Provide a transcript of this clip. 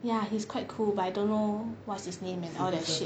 ya he's quite cool but I don't know what's his name and all that shit